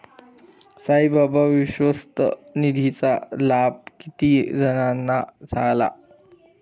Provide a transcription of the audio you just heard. साईबाबा विश्वस्त निधीचा लाभ किती जणांना झाला?